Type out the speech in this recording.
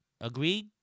Agreed